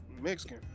Mexican